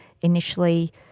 initially